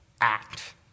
act